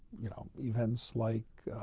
you know, events like,